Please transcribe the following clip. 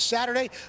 Saturday